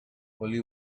only